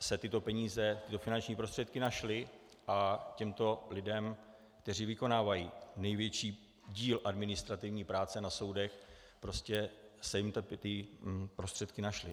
se tyto peníze, tyto finanční prostředky, našly a těmto lidem, kteří vykonávají největší díl administrativní práce na soudech, aby se tyto prostředky našly.